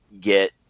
get